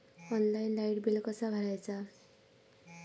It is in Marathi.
ऑनलाइन लाईट बिल कसा भरायचा?